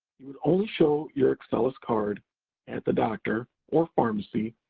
you would only show your excellus card at the doctor or pharmacy,